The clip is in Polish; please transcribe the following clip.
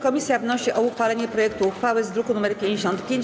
Komisja wnosi o uchwalenie projektu uchwały z druku nr 55.